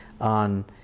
on